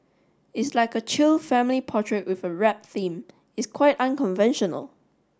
it's like a chill family portrait with a rap theme it's quite unconventional